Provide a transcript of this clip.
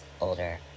older